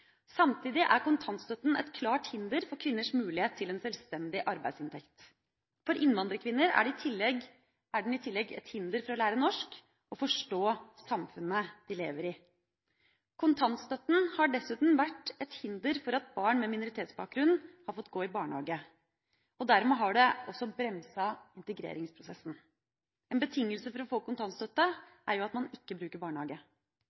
Samtidig er kontantstøtten et klart hinder for kvinners mulighet til en sjølstendig arbeidsinntekt. For innvandrerkvinner er den i tillegg et hinder for å lære norsk og forstå samfunnet de lever i. Kontantstøtten har dessuten vært et hinder for at barn med minoritetsbakgrunn har fått gå i barnehage, og dermed har den også bremset integreringsprosessen. En betingelse for å få kontantstøtte er jo at man ikke bruker barnehage.